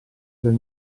del